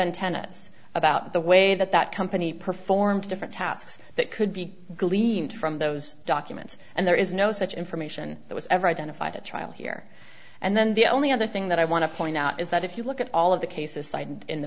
antennas about the way that that company performed different tasks that could be gleaned from those documents and there is no such information that was ever identified at trial here and then the only other thing that i want to point out is that if you look at all of the cases cited in the